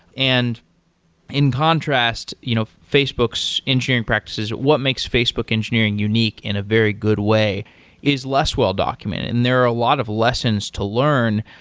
and in contrast you know facebook's engineering practices, what makes facebook engineering unique in a very good way is less well-documented. and there are a lot of lessons to learn,